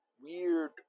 weird